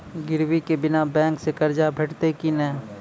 गिरवी के बिना बैंक सऽ कर्ज भेटतै की नै?